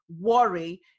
worry